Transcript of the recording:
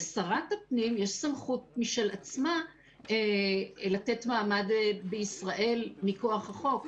לשרת הפנים יש סמכות משל עצמה לתת מעמד בישראל מכוח החוק.